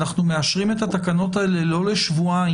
אנחנו מאשרים את התקנות האלה לא לשבועיים,